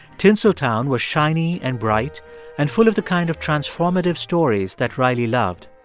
tinseltown was shiny and bright and full of the kind of transformative stories that riley loved.